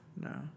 no